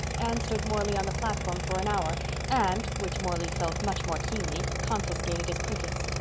anne stood morley on the platform for an hour and. which morley felt much more keenly. confiscated his crickets.